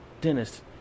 Dennis